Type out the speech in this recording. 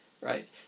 right